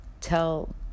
tell